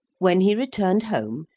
when he returned home,